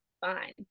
fine